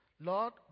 Lord